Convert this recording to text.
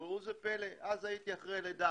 אבל אז הייתי אחרי לידה,